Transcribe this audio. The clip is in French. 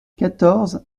quatorze